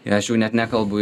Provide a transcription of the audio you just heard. ir aš jau net nekalbu